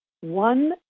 one